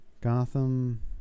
Gotham